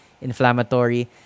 inflammatory